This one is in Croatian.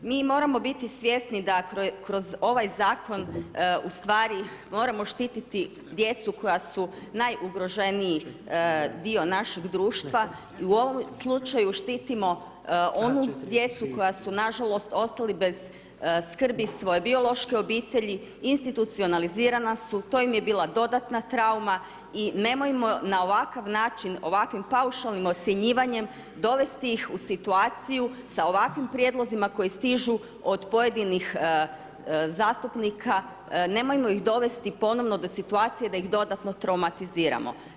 Mi moramo biti svjesni da kroz ovaj Zakon ustvari moramo štititi djecu koja su najugroženiji dio našeg društva i u ovom slučaju štitimo onu djecu koja su nažalost ostali bez skrbi svoje biološke obitelji, institucionalizirana su, to im je bila dodatna trauma i nemojmo na ovakav način, ovakvim paušalnim ocjenjivanjem dovesti ih u situaciju sa ovakvim prijedlozima koji stižu od pojedinih zastupnika, nemojmo ih dovesti ponovno do situacije da ih dodatno traumatiziramo.